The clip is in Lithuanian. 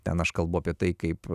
ten aš kalbu apie tai kaip